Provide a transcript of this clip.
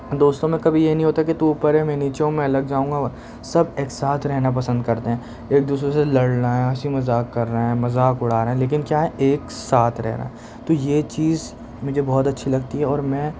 دوستوں میں کبھی یہ نہں ہوتا کہ تو اوپر ہے میں نیچے ہوں میں الگ جاؤں گا سب ایک ساتھ رہنا پسند کرتے ہیں ایک دوسرے سے لڑ رہیں ہیں ہنسی مذاق کر رہے ہیں مذاق اڑا رہے ہیں لیکن کیا ہے ایک ساتھ رہ رہا تو یہ چیز مجھے بہت اچھی لگتی ہے اور میں